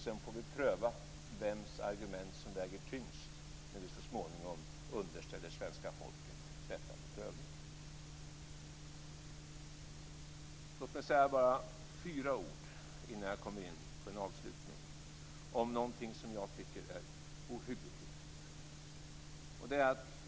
Sedan får vi pröva vems argument som väger tyngst när vi så småningom underställer svenska folket detta för prövning. Låt mig bara säga några ord om någonting som jag tycker är ohyggligt viktigt innan jag kommer in på avslutningen.